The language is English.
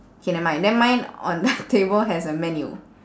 K never mind then mine on the table has a menu